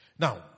Now